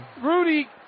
Rudy